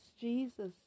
Jesus